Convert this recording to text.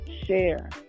share